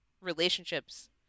relationships